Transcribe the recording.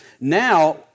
Now